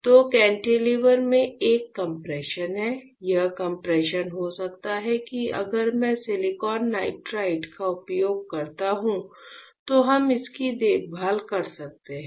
तो कैंटिलीवर में एक कम्प्रेशन है यह कम्प्रेशन हो सकता है कि अगर मैं सिलिकॉन नाइट्राइड का उपयोग करता हूं तो हम इसकी देखभाल कर सकते हैं